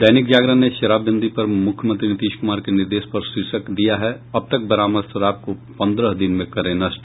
दैनिक जागरण ने शराबबंदी पर मुख्यमंत्री नीतीश कुमार के निर्देश पर शीर्षक दिया है अब तक बरामद शराब को पंद्रह दिन में करें नष्ट